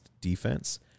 defense